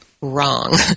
wrong